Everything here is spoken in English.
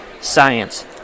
science